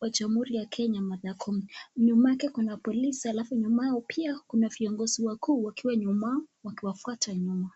wa jamuhuri ya kenya Martha koome . Nyuma yake kuna polisi halafu nyuma yao pia kuna viongozi wakuu wakiwa nyuma wakiwafwata nyuma.